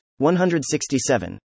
167